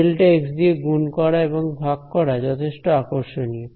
Δx দিয়ে গুণ করা এবং ভাগ করা যথেষ্ট আকর্ষণীয়